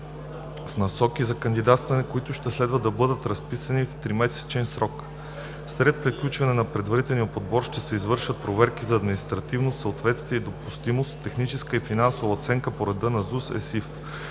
в насоките за кандидатстване, които ще следва да бъдат разписани в тримесечен срок. След приключване на предварителния подбор ще се извършват проверките за административно съответствие и допустимост, техническата и финансовата оценка по реда на ЗУСЕСИФ.